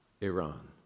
Iran